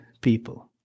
people